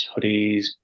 hoodies